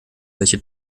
welche